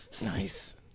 Nice